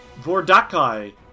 Vordakai